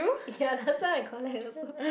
ya that time I collect also